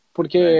Porque